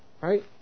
Right